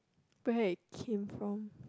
where it came from